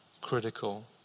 critical